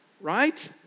Right